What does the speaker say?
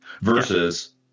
versus